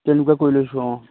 তেনেকুৱা কৰি লৈছোঁ অ